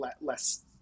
less